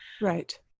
Right